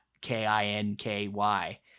K-I-N-K-Y